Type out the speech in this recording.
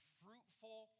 fruitful